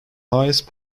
highest